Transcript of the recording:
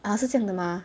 啊是这样的吗